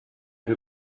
who